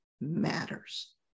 matters